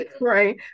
right